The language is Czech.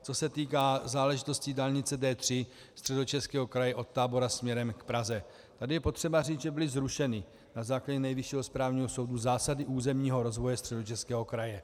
Co se týká záležitosti dálnice D3 Středočeského kraje od Tábora směrem k Praze, tady je potřeba říct, že byly zrušeny na základě Nejvyššího správního soudu Zásady územního rozvoje Středočeského kraje.